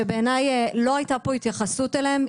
שבעיניי לא היתה פה התייחסות אליהם.